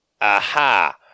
Aha